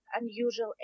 unusual